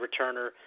returner